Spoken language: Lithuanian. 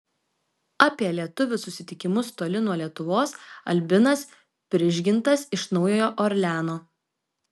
apie lietuvių susitikimus toli nuo lietuvos albinas prižgintas iš naujojo orleano